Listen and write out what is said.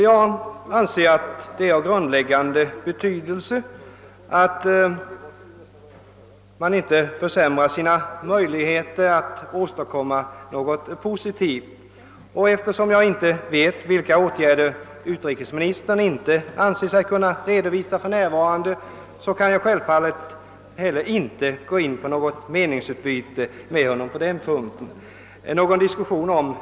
Jag anser att det är av grundläggande betydelse att man inte försämrar sina möjligheter att åstadkomma något positivt. Eftersom jag inte vet vilka åtgärder utrikesministern inte finner sig kunna redovisa för närvarande, kan jag självfallet inte heller gå in på något meningsutbyte med honom på den punkten.